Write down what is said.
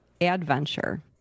adventure